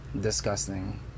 disgusting